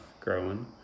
growing